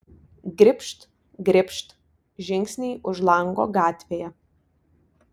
gribšt gribšt žingsniai už lango gatvėje